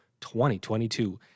2022